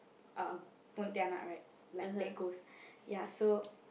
uh Pontianak right like that ghost